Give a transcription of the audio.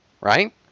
right